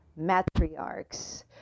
Matriarchs